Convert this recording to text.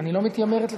אני לא מתיימרת לתקן.